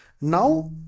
Now